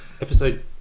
Episode